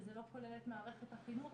וזה לא כולל את מערכת החינוך.